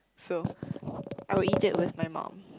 so I will eat it with my mum